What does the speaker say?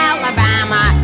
Alabama